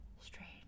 Strange